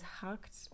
hacked